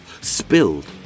spilled